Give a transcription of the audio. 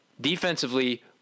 defensively